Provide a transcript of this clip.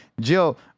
Jill